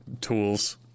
tools